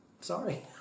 Sorry